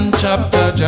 chapter